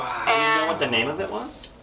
and the name of that was?